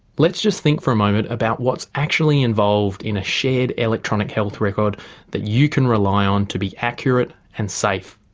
let's just think for a moment about what's actually involved in a shared electronic health record that you can rely on to be accurate and safe.